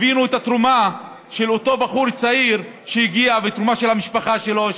שיבינו את התרומה של אותו בחור צעיר שהגיע ואת התרומה של המשפחה שלו,